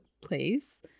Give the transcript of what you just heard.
place